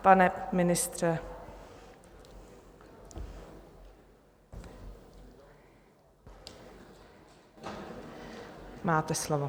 Pane ministře, máte slovo.